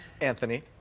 Anthony